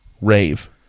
Rave